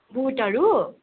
बुटहरू